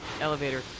elevator